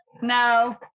No